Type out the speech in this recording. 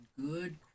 good